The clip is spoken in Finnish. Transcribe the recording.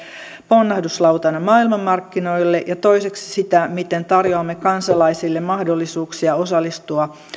ponnahduslautana maailmanmarkkinoille ja toiseksi sitä miten tarjoamme kansalaisille mahdollisuuksia osallistua